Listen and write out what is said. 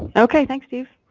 okay, thanks steve.